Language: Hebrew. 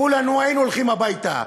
כולנו היינו הולכים הביתה,